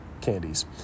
candies